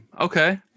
Okay